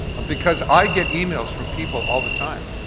because i get emails from people all the time.